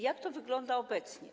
Jak to wygląda obecnie?